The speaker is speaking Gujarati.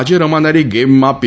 આજે રમાનારી ગેમમાં પી